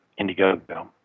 Indiegogo